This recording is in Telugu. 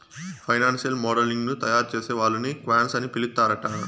ఫైనాన్సియల్ మోడలింగ్ ని తయారుచేసే వాళ్ళని క్వాంట్స్ అని పిలుత్తరాంట